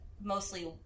mostly